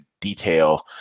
detail